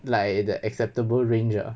like the acceptable range ah